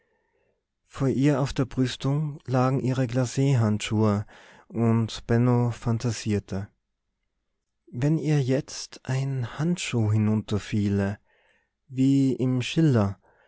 vor ihr auf der brüstung lagen ihre glachandschuhe und benno phantasierte wenn ihr jetzt ein handschuh hinunterfiele wie im schiller